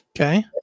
Okay